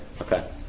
Okay